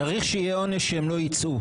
צריך שיהיה עונש שהם לא יצאו.